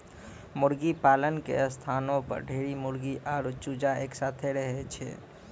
मुर्गीपालन के स्थानो पर ढेरी मुर्गी आरु चूजा एक साथै रहै छै